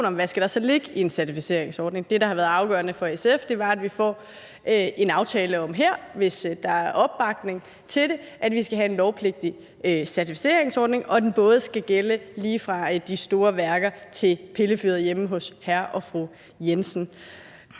om, hvad der så skal ligge i en certificeringsordning. Det, der har været afgørende for SF, er, at vi får en aftale her, hvis der er opbakning til det, om, at vi skal have en lovpligtig certificeringsordning, og at den både skal gælde lige fra de store værker til pillefyret hjemme hos hr. og fru Jensen.